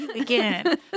again